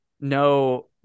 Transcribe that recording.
no